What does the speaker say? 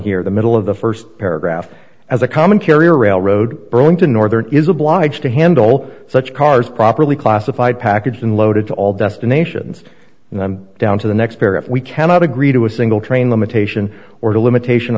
here the middle of the st paragraph as a common carrier railroad burlington northern is obliged to handle such cars properly classified packaged and loaded to all destinations and i'm down to the next pair if we cannot agree to a single train limitation or the limitation